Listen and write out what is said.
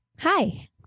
Hi